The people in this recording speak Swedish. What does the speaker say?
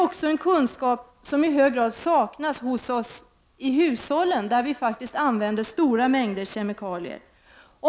Denna kunskap saknas i hög grad också i hushållen, där stora mängder kemikalier används.